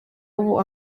ubu